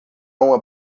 uma